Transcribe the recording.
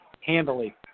handily